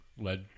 led